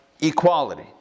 equality